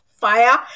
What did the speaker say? fire